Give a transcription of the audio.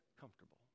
comfortable